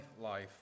life